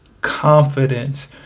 confidence